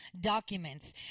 documents